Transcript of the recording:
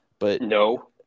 No